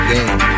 Game